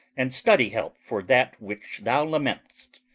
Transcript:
and study help for that which thou lament'st.